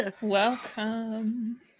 Welcome